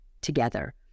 together